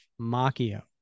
Macchio